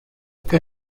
che